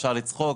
אפשר לצחוק,